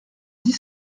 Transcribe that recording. dix